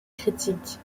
critique